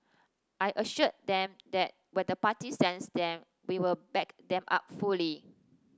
I assured them that where the party sends them we will back them up fully